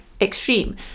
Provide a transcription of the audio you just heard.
extreme